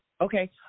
Okay